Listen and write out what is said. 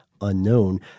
unknown